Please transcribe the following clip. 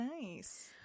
nice